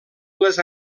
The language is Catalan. les